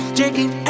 taking